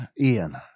Ian